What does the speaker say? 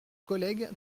collègues